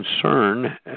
concern